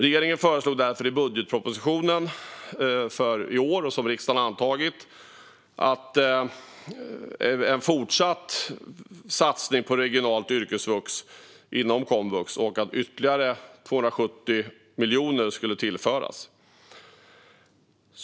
Regeringen föreslog därför i budgetpropositionen för i år, som riksdagen har antagit, en fortsatt satsning på regionalt yrkesvux inom komvux och att ytterligare 270 miljoner kronor skulle tillföras.